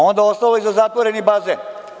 Onda je ostalo i za zatvoreni bazen.